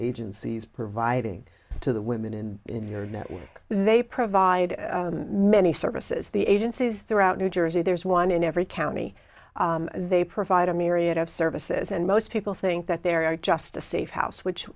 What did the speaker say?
agencies providing to the women and if you know they provide many services the agencies throughout new jersey there's one in every county they provide a myriad of services and most people think that there are just a safe house which